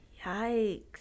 Yikes